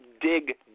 dig